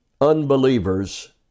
unbelievers